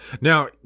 Now